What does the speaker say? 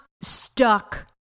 stuck